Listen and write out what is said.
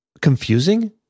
confusing